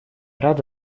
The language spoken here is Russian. рады